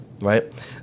Right